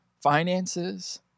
finances